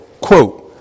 quote